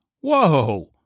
Whoa